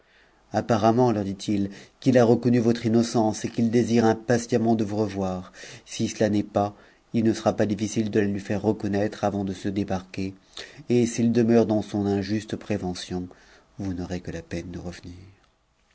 apparemment leur dit-il quil a reconnu votre innocence et qu'il désire impatiemment de vous revoir si cela n'est pas il ne sera pas difficile de la lui faire reconnaître avant de se débarquer et s'il demeure dans son injuste prévention vous n'aurez que la peine de revenir